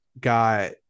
got